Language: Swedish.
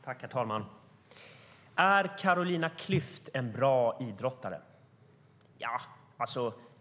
Herr talman! Är Carolina Klüft en bra idrottare?